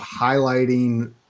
highlighting